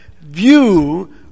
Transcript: view